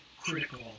critical